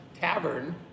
Tavern